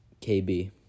KB